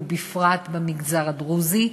ובפרט במגזר הדרוזי,